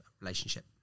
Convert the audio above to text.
relationship